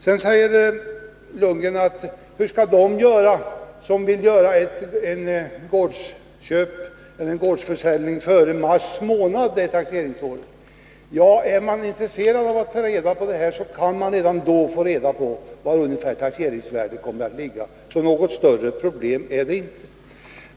Sedan frågade Bo Lundgren: Hur skall de göra som vill företa en gårdsförsäljning före mars månad under det aktuella taxeringsåret? Ja, är man intresserad av att få reda på det här, kan man redan då få veta ungefär på vilken nivå taxeringsvärdet kommer att ligga. Något större problem är det inte.